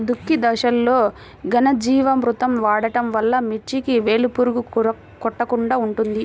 దుక్కి దశలో ఘనజీవామృతం వాడటం వలన మిర్చికి వేలు పురుగు కొట్టకుండా ఉంటుంది?